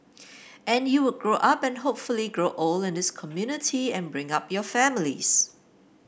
and you would grow up and hopefully grow old in this community and bring up your families